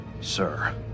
sir